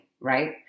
Right